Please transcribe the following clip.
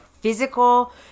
physical